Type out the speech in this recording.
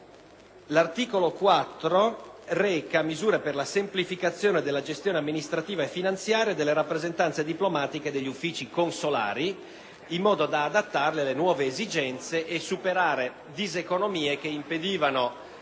L'articolo 4 reca misure per la semplificazione della gestione amministrativa e finanziaria delle rappresentanze diplomatiche e degli uffici consolari, così da adattarli alle nuove esigenze e da superare diseconomie che impedivano